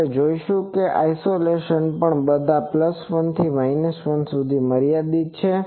આપણે જોઈશું કે ઓસિલેશન પણ બધા 1 થી 1 સુધી મર્યાદિત છે